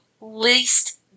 least